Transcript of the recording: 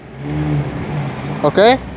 Okay